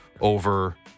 over